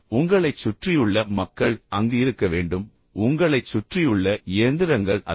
எனவே உங்களைச் சுற்றியுள்ள மக்கள் அங்கு இருக்க வேண்டும் உங்களைச் சுற்றியுள்ள இயந்திரங்கள் அல்ல